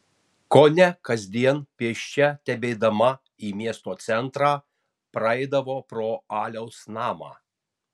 kone kasdien pėsčia tebeidama į miesto centrą praeidavo pro aliaus namą